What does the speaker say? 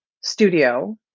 studio